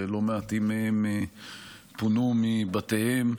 שלא מעטים מהם פונו מבתיהם,